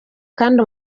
kandi